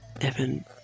Evan